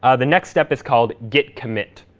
ah the next step is called git commit.